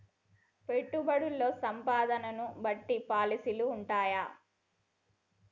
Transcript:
పెట్టుబడుల్లో సంపదను బట్టి పాలసీలు ఉంటయా?